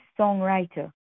songwriter